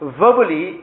verbally